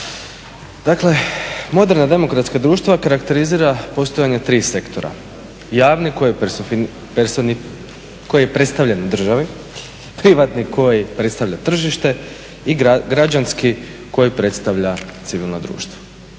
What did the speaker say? Dakle moderna demokratska društva karakterizira postojanje tri sektora: javni koji je predstavljen državi, privatni koji predstavlja tržište i građanski koji predstavlja civilno društvo.